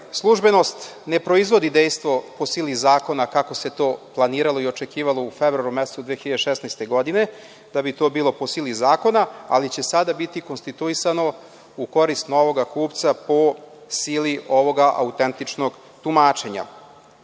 službenost ne proizvodi dejstvo po sili zakona kako se to planiralo i očekivalo u februaru mesecu 2016. godine, da bi to bilo po sili zakona, ali će sada biti konstituisano u korist novoga kupca po sili ovoga autentičnog tumačenja. Kao